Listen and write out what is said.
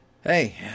hey